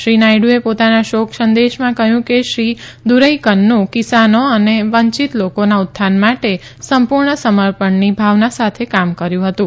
શ્રી નાયડુએ પોતાના શોક સંદેશમાં કહ્યું કે શ્રી દુરઇકન્નએ કિસાનો અને વંચિત લોકોના ઉત્થાન માટે સંપૂર્ણ સમર્પણની ભાવના સાથે કામ કર્યું હતું